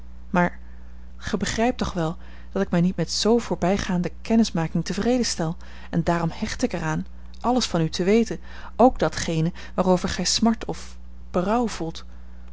maar gij begrijpt toch wel dat ik mij niet met z voorbijgaande kennismaking tevreden stel en daarom hecht ik er aan alles van u te weten ook datgene waarover gij smart of berouw voelt